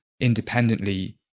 independently